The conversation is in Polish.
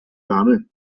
damy